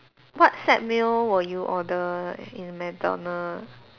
what set meal will you order in McDonald